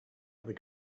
other